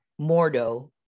Mordo